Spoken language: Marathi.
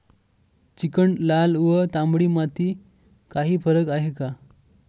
चिकण, लाल व तांबडी माती यात काही फरक आहे का?